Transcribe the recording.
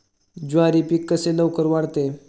ज्वारी पीक कसे लवकर वाढते?